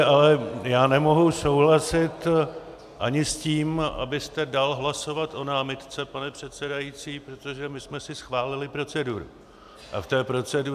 Ale já nemohu souhlasit ani s tím, abyste dal hlasovat o námitce, pane předsedající, protože my jsme si schválili proceduru.